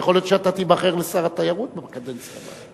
יכול להיות שאתה תיבחר לשר התיירות בקדנציה הבאה.